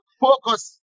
focus